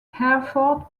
hereford